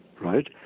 right